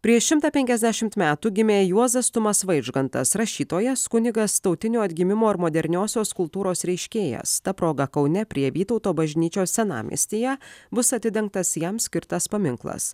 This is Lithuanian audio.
prieš šimtą penkiasdešimt metų gimė juozas tumas vaižgantas rašytojas kunigas tautinio atgimimo ir moderniosios kultūros reiškėjas ta proga kaune prie vytauto bažnyčios senamiestyje bus atidengtas jam skirtas paminklas